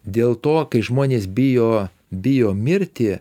dėl to kai žmonės bijo bijo mirti